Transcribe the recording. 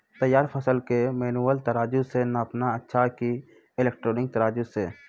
तैयार फसल के मेनुअल तराजु से नापना अच्छा कि इलेक्ट्रॉनिक तराजु से?